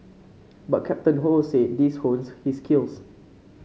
but Captain Ho said these honed his skills